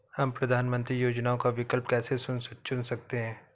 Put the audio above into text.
हम प्रधानमंत्री योजनाओं का विकल्प कैसे चुन सकते हैं?